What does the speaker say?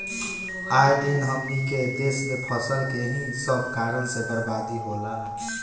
आए दिन हमनी के देस में फसल के एही सब कारण से बरबादी होला